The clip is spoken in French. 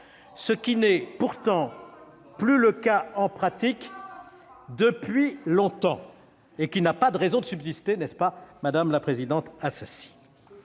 ce qui n'est pourtant plus le cas en pratique depuis longtemps. Cette disposition n'a donc pas de raison de subsister- n'est-ce pas, madame la présidente Assassi ?